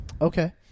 Okay